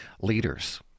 leaders